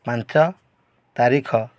ପାଞ୍ଚ ତାରିଖ